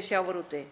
í sjávarútvegi.